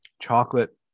chocolate